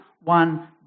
one